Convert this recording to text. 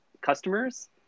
customers